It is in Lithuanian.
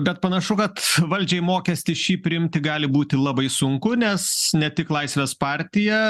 bet panašu kad valdžiai mokestį šį priimti gali būti labai sunku nes ne tik laisvės partija